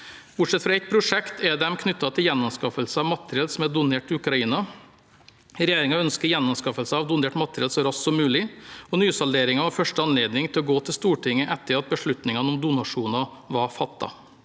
Bortsett fra ett prosjekt er de knyttet til gjenanskaffelser av materiell som er donert til Ukraina. Regjeringen ønsker gjenanskaffelser av donert materiell så raskt som mulig, og nysalderingen var første anledning til å gå til Stortinget etter at beslutningen om donasjoner var fattet.